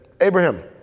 Abraham